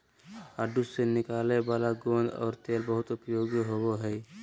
आडू से निकलय वाला गोंद और तेल बहुत उपयोगी होबो हइ